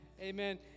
Amen